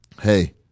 hey